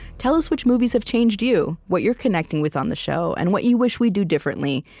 tell us which movies have changed you, what you're connecting with on the show, and what you wish we'd do differently.